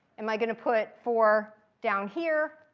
am i going to put four down here?